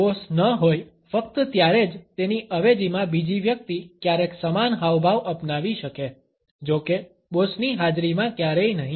boss ન હોય ફક્ત ત્યારે જ તેની અવેજીમાં બીજી વ્યક્તિ ક્યારેક સમાન હાવભાવ અપનાવી શકે જોકે બોસની હાજરીમાં ક્યારેય નહીં